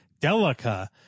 Delica